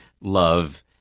love –